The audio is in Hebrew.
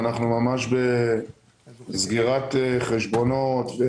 אנחנו בסגירת חשבונות.